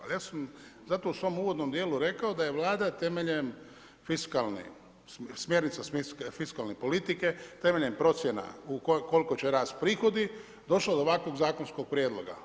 Ali ja sam zato u svom uvodnom dijelu rekao da je Vlada temeljem fiskalne, smjernica fiskalne politike, temeljem procjena u koliko će rasti prihodi došla do ovakvog zakonskog prijedloga.